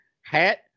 Hat